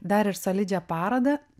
dar ir solidžią parodą